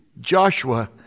Joshua